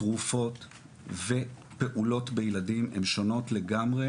תרופות ופעולות בילדים הן שונות לגמרי